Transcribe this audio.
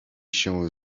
się